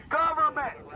government